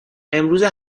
امروزه